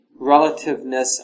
relativeness